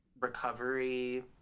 recovery